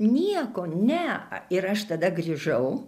nieko ne ir aš tada grįžau